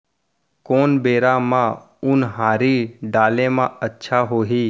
कोन बेरा म उनहारी डाले म अच्छा होही?